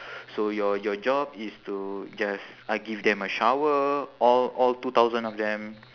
so your your job is to just uh give them a shower all all two thousand of them